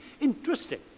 Interesting